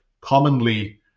commonly